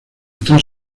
tres